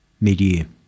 mid-year